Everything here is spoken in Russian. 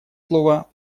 слово